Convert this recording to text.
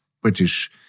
British